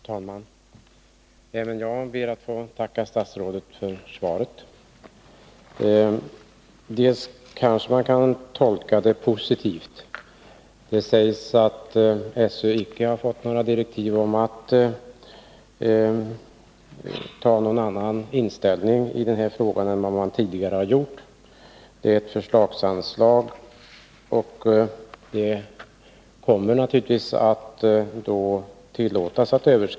Herr talman! Även jag ber att få tacka statsrådet för svaret. Man kanske kan tolka svaret positivt. Det sägs att SÖ icke fått några direktiv om att ha någon annan inställning i den här frågan än man tidigare haft. Det här är ett förslagsanslag, och överskridande av anslaget kommer naturligtvis att tillåtas.